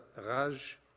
Raj